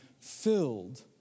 filled